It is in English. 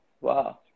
wow